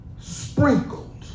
sprinkled